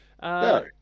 No